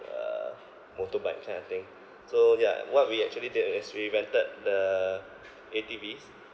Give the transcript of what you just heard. uh motorbike kind of thing so ya what we actually did is we rented the A_T_Vs